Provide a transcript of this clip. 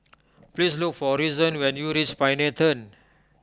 please look for Reason when you reach Pioneer Turn